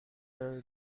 labrador